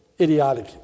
idiotic